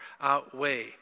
outweigh